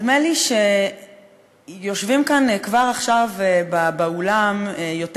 יושבים כאן עכשיו באולם יותר